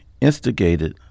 instigated